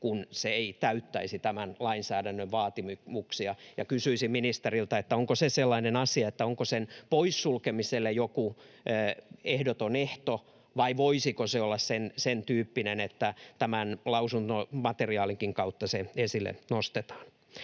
kun se ei täyttäisi tämän lainsäädännön vaatimuksia. Kysyisin ministeriltä: onko se sellainen asia, että sen poissulkemiselle on joku ehdoton ehto, vai voisiko se olla sentyyppinen, että tämän lausuntomateriaalinkin kautta se esille nostetaan?